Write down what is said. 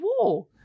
war